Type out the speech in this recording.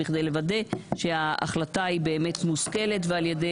בכדי לוודא שההחלטה היא באמת מושכלת ועל ידי